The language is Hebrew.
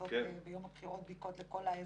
לעשות ביום הבחירות בדיקות לכל האזרחים,